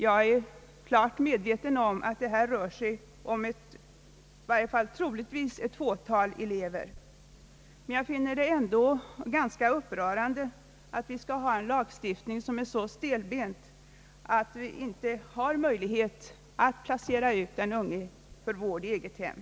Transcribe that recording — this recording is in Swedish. Jag har klart för mig att det här i varje fall troligtvis rör sig om ett fåtal elever, men jag finner det ändå ganska upprörande att lagstiftningen är så stelbent att vi inte har möjlighet att placera ut ungdomar för vård i eget hem.